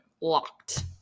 locked